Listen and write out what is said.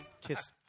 kiss